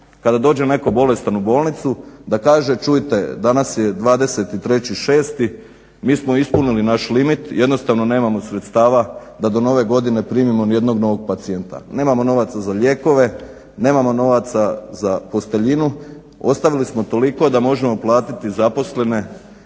Kada dođe netko bolestan u bolnicu da kaže čujte danas je 23.6.mi smo ispunili naš limit, jednostavno nemamo sredstava da do nove godine primimo nijednog novog pacijenta, nemamo novaca za lijekove, nemamo novaca za posteljinu. Ostavili smo toliko da možemo platiti zaposlene